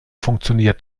funktioniert